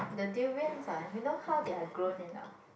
the durians ah you know how they are grown or not